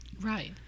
Right